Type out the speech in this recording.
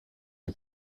est